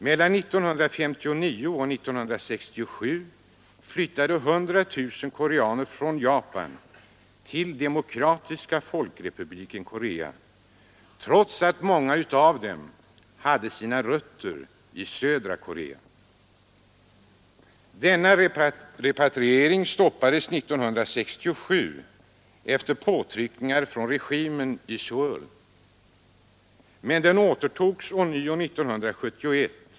Mellan 1959 och 1967 flyttade 100000 koreaner från Japan till Demokratiska folkrepubliken Korea, trots att många av dem hade sina rötter i södra Korea. Denna repatriering stoppades 1967 efter påtryckningar från regimen i Söul, men den återuppstod ånyo 1971.